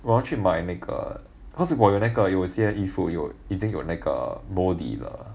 我要去买那个 cause 我有那个有些衣服有那个已经有那个 mouldy 了